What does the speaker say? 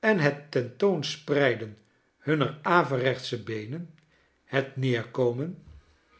het ten toon spreiden hunner averechtsche beenen het neerkomen